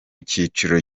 kiciro